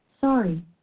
Sorry